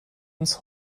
ins